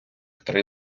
три